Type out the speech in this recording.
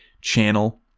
channel